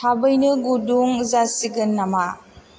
थाबैनो गुदुं जासिगोन नामा